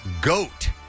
goat